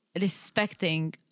respecting